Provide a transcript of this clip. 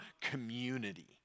community